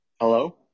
Hello